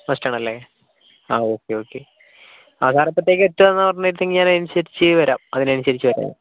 വെക്കണം അല്ലേ ആ ഓക്കെ ഓക്കെ ആ സർ എപ്പോഴത്തേക്ക് എത്തുകയെന്ന് പറഞ്ഞിരുന്നെങ്കിൽ ഞാൻ അനുസരിച്ച് വരാം അതിനനുസരിച്ച് വരാമായിരുന്നു